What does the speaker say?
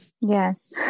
Yes